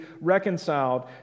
reconciled